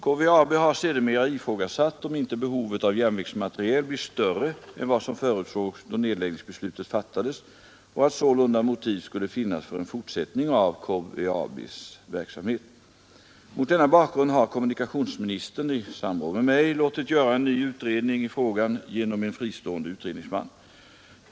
KVAB har sedermera ifrågasatt om inte behovet av järnvägsmateriel blir större än vad som förutsågs då nedläggningsbeslutet fattades och att sålunda motiv skulle finnas för en fortsättning av KVAB:s verksamhet. Mot denna bakgrund har kommunikationsministern, i samråd med mig, låtit göra en ny utredning i frågan genom en fristående utredningsman.